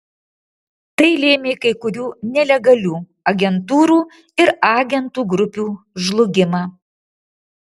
tai lėmė kai kurių nelegalių agentūrų ir agentų grupių žlugimą